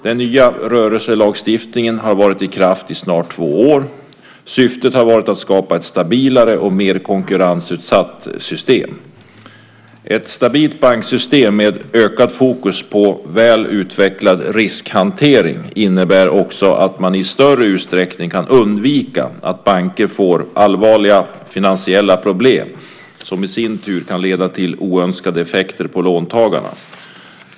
Den nya rörelselagstiftningen har varit i kraft i snart två år. Syftet har varit att skapa ett stabilare och mer konkurrensutsatt system. Ett stabilt banksystem med ökat fokus på väl utvecklad riskhantering innebär också att man i större utsträckning kan undvika att banker får allvarliga finansiella problem som i sin tur kan leda till oönskade effekter för låntagarna.